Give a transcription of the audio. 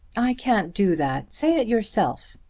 i can't do that. say it yourself.